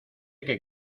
que